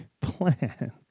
plan